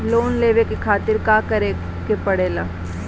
Loan लेवे के खातिर का करे के पड़ेला?